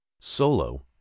Solo